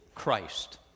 Christ